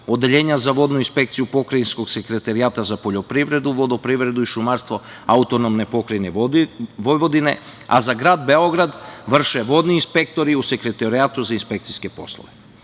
Odeljenja za vodnu inspekciju Pokrajinskog sekretarijata za poljoprivredu, vodoprivredu i šumarstvo AP Vojvodine, a za grad Beograd vrše vodni inspektori u Sekretarijatu za inspekcijske poslove. Kada